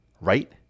right